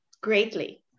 greatly